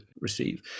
receive